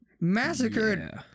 Massacred